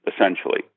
essentially